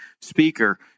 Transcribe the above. speaker